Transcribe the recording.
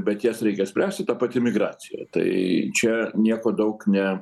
bet jas reikia spręsti ta pati migracija tai čia nieko daug ne